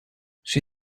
she